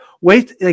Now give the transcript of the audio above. Wait